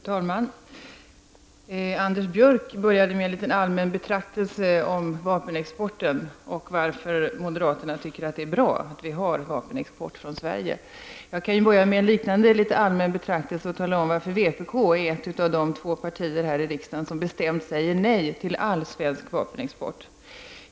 Fru talman! Anders Björck började med en liten allmän betraktelse över vapenexporten och varför moderaterna tycker att det är bra att vi har vapenexport från Sverige. Jag kan börja med en liknande liten allmän betraktelse och tala om varför vpk är ett av de två partier här i riksdagen som bestämt säger nej till all svensk vapenexport.